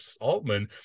Altman